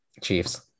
Chiefs